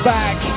back